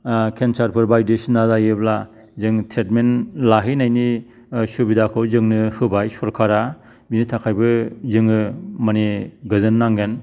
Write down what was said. केन्सारफोर बायदिसिना जायोब्ला जों ट्रिटमेन्ट लाहैनायनि सुबिदाखौ जोंनो होबाय सरखारा बिनि थाखायबो जोङो माने गोजोन नांगोन